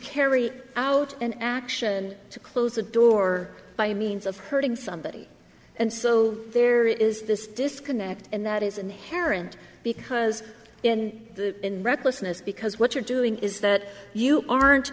carry out an action to close a door by means of hurting somebody and so there is this disconnect and that is inherent because in the in recklessness because what you're doing is that you aren't